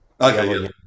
Okay